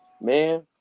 man